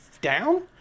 down